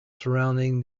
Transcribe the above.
surrounding